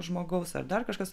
žmogaus ar dar kažkas